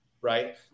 right